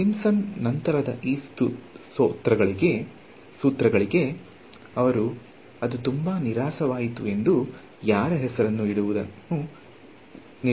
Simpson ನಂತರದ ಈ ಸೂತ್ರಗಳಿಗೆ ಅವರು ಅದು ತುಂಬಾ ನೀರಸವಾಯಿತು ಎಂದು ಯಾರ ಹೆಸರನ್ನು ಇಡುವುದನ್ನು ನಿಲ್ಲಿಸಿದರು